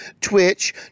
Twitch